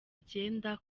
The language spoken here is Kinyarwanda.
icyenda